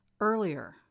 earlier